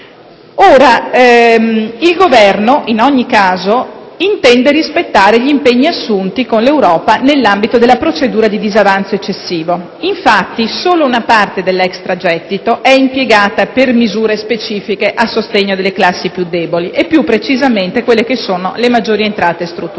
2007. Il Governo in ogni caso intende rispettare gli impegni assunti con l'Europa nell'ambito della procedura di disavanzo eccessivo. Infatti, solo una parte dell'extragettito è impiegata per misure specifiche a sostegno delle classi più deboli e più precisamente quelle che sono le maggiori entrate strutturali.